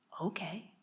okay